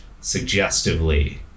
suggestively